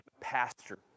pastor